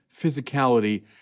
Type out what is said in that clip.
physicality